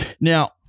Now-